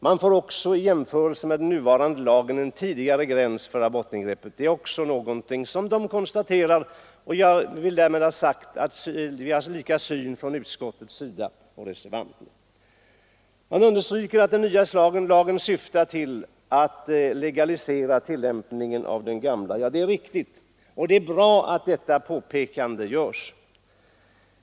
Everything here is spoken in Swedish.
Man får också i jämförelse med den nuvarande lagen en tidigare gräns för abortingreppet. Det konstaterandet visar att reservanterna här har samma syn som utskottet. De båda reservanterna understryker att den nya lagen syftar till att legalisera tillämpningen av den gamla. Det är riktigt, och det är bra att detta påpekande görs.